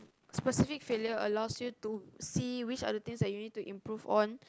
specific failures allow you to see which are the things that you need to improve on